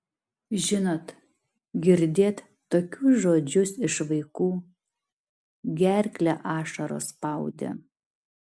žinot girdėt tokius žodžius iš vaikų gerklę ašaros spaudė